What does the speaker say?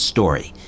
Story